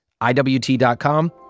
IWT.com